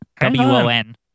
W-O-N